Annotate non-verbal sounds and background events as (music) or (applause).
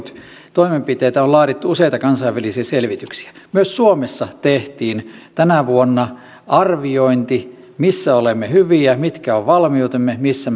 toimenpiteitä on laadittu useita kansainvälisiä selvityksiä myös suomessa tehtiin tänä vuonna arviointi siitä missä olemme hyviä mitkä ovat valmiutemme missä (unintelligible)